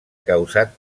causat